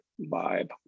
vibe